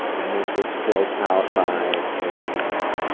and this was filled out by a,